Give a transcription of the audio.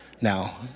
Now